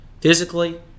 physically